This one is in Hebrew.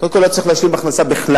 קודם כול לא צריך להשלים הכנסה בכלל.